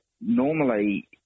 normally